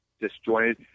disjointed